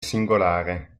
singolare